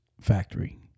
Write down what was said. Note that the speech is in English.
factory